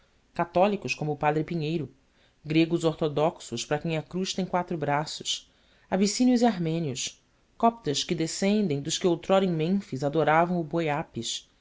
católicos como o padre pinheiro gregos ortodoxos para quem a cruz tem quatro braços abissínios e armênios coptas que descendem dos que outrora em mênfis adoravam o boi àpis